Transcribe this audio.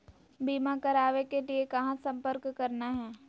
बीमा करावे के लिए कहा संपर्क करना है?